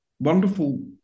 Wonderful